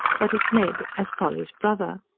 but at ned as polly's brother.